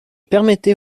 permettait